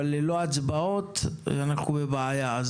אבל ללא הצבעות, אנחנו בבעיה.